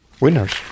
winners